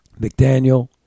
McDaniel